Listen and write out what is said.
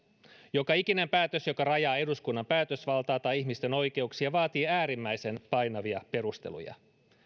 joka ikinen päätös joka rajaa eduskunnan päätösvaltaa tai ihmisten oikeuksia vaatii äärimmäisen painavia perusteluja